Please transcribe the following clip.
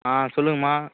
ஆ சொல்லுங்கம்மா